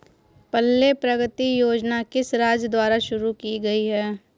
पल्ले प्रगति योजना किस राज्य द्वारा शुरू की गई है?